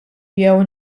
jew